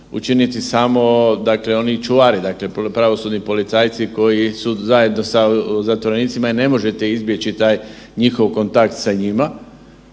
učiniti samo oni čuvari, dakle pravosudni policajci koji su zajedno sa zatvorenicima jel ne možete izbjeći taj njihov kontakt sa njima.